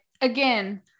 again